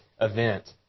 event